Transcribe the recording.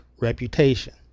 reputation